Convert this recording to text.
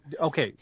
okay